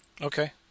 Okay